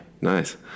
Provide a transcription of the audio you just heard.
Nice